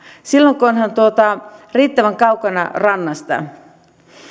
silloin kun on riittävän kaukana rannasta